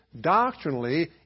doctrinally